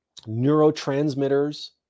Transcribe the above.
neurotransmitters